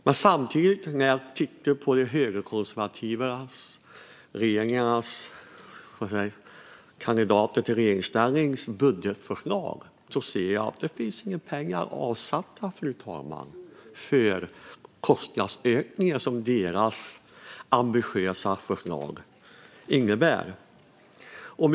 Men samtidigt, när jag tittar på budgetförslaget från de högerkonservativa, kandidaterna till regeringsställningen, ser jag inte att några pengar är avsatta för kostnadsökningen som deras ambitiösa förslag innebär. Fru talman!